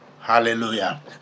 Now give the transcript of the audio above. Hallelujah